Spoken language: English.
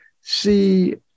see